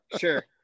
sure